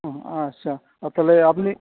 ও আচ্ছা তাহলে আপনি